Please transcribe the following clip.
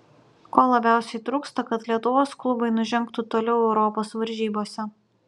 ko labiausiai trūksta kad lietuvos klubai nužengtų toliau europos varžybose